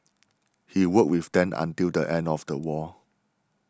he worked with them until the end of the war